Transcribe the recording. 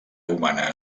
humana